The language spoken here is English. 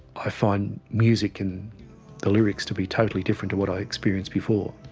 i find music and the lyrics to be totally different to what i experienced before.